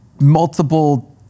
multiple